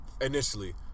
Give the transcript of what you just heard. initially